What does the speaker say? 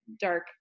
dark